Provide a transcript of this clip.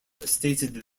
stated